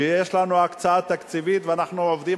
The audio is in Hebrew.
שיש לנו הקצאה תקציבית ואנחנו עובדים